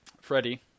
Freddie